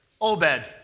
Obed